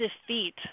defeat